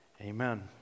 Amen